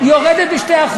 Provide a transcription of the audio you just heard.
היא יורדת ב-2%,